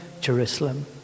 Jerusalem